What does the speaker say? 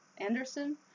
Anderson